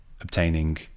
obtaining